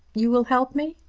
you will help me?